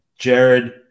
Jared